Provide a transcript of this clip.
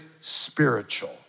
spiritual